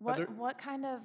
whether what kind of